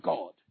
God